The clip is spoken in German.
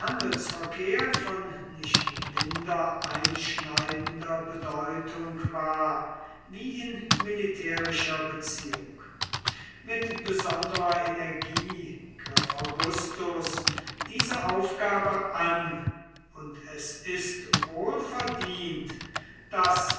handelsverkehr von nicht minder einschneidender bedeutung war wie in militärischer beziehung mit besonderer energie griff augustus diese aufgabe an und es ist wohl verdient daß